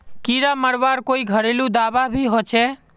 कीड़ा मरवार कोई घरेलू दाबा भी होचए?